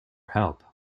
help